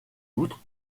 outre